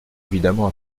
évidemment